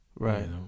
Right